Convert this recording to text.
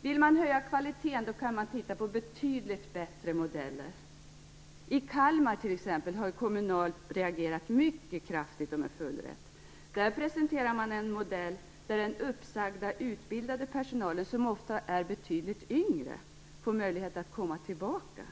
Men om man vill höja kvaliteten kan man titta på betydligt bättre modeller. I Kalmar t.ex. har Kommunal reagerat mycket kraftigt och med full rätt. Där presenterar man en modell där den uppsagda utbildade personalen, som ofta är betydligt yngre, får möjlighet att komma tillbaka.